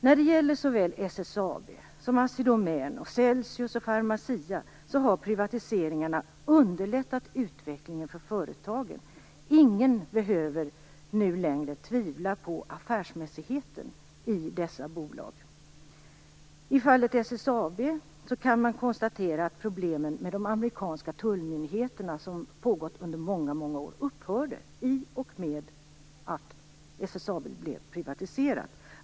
När det gäller såväl SSAB som Assi Domän, Celsius och Pharmacia & Upjohn har privatiseringarna underlättat utvecklingen för företagen. Ingen behöver nu längre tvivla på affärsmässigheten i dessa bolag. I fallet SSAB kan man konstatera att problemen med de amerikanska tullmyndigheterna, som pågått under många år, upphörde i och med att SSAB blev privatiserat.